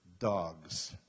Dogs